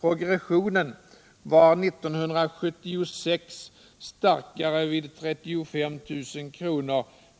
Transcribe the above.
Progressionen var 1976 starkare vid en inkomst på 35 000 kr.